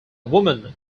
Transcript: woman